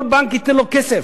כל בנק ייתן לו כסף.